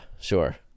sure